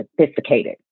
sophisticated